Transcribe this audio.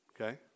okay